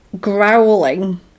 growling